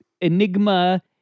enigma